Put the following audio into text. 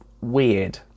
weird